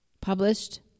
published